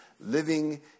living